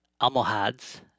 Almohads